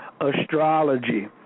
astrology